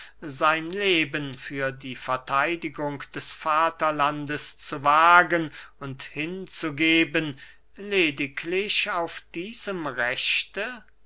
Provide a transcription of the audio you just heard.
sein leben für die vertheidigung seines vaterlandes zu wagen und hinzugeben lediglich auf diesem rechte